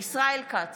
ישראל כץ,